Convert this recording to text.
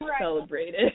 celebrated